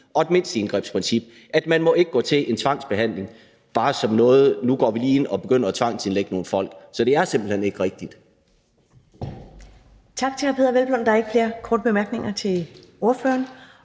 og et mindsteindgrebsprincip. Man må ikke gå til en tvangsbehandling bare som noget med, at nu går vi lige ind og begynder at tvangsindlægge nogle folk. Så det er simpelt hen ikke rigtigt.